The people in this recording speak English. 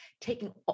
taking